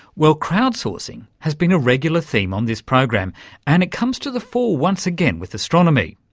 well crowd-sourcing has been a regular theme on this program and it comes to the fore once again with astronomy.